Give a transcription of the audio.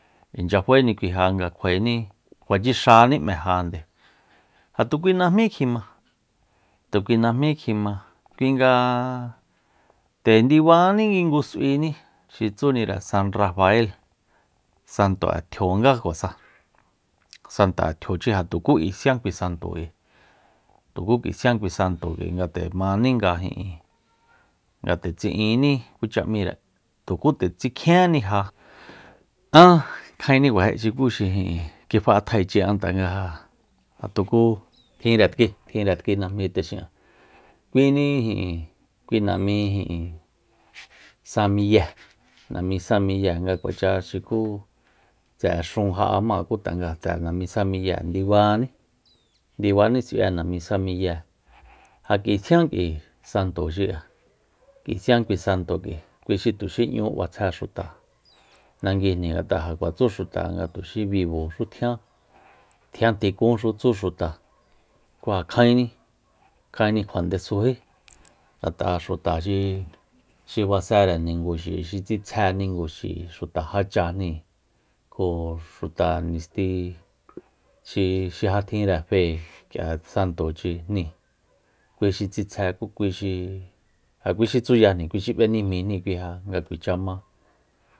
Inchya faeni kui ja nga kjuaeni kjuae tsixani m'e ja tu kui najmí kjima- tu kui najmí kjima kui nga te ndibani ki ngu s'uini xi tsunire san rafael santo'e tjio nga kuasa santo'e tjiochi ja tukú k'ui sian kui santo k'ui tuku k'ui sian kui santo nga nde mání nga ijin nga nde tsi'inní kucha m'íre tuku nde tsikjienni ja an kjaenni kuaji xuku xi ijin te fa'atjaechi'an tanga ja tuku tjinre tki- tjinre tki najmi xi te xin'a kuini ijin kui namí ijin sa miye nami sa miye nga kuacha xuku tse'e xúun ja'ama ku tanga tse'e namí sa miye ndibaní-ndibani s'ui'e nami sa miye ja k'ui tjian k'ui santo xi'a k'ui sian kui santo k'ui kui xi tuxi n'ñú b'atsjé xuta nanguijni ngat'a ja kuatsu xuta nga tuxi biboxu tjian- tjian tikúnxu tsu xuta kú ja kjaini kjainni kjua ndesují ngat'a xuta xi- xi basere ninguxi xi tsitsje niguxi k'ui xuta jáchajni kjo xuta nisti xi ja tjinre fe k'ia santochijni kui xi tsitsje ku kui xi ja kui xi tsuyajni kui xi b'enijmijni kui ja nga kuacha ma